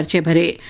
anybody